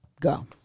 go